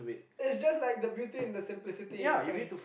it's just like the beauty and the simplicity in a sense